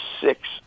six